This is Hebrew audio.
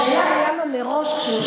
השאלה היא למה מראש כשיושבים,